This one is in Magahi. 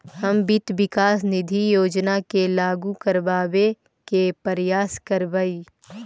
हम वित्त विकास निधि योजना के लागू करबाबे के प्रयास करबई